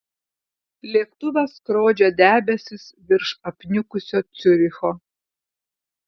lėktuvas skrodžia debesis virš apniukusio ciuricho